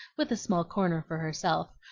with a small corner for herself,